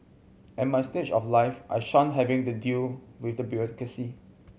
at my stage of life I shun having to deal with the bureaucracy